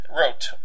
Wrote